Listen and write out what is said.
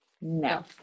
No